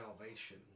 salvation